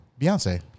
Beyonce